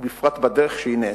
ובפרט בדרך שבה היא נעשתה,